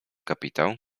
kapitał